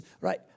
right